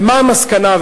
ומה המסקנה?